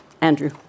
Andrew